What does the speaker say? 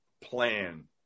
plan